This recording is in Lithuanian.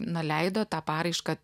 nu leido tą paraišką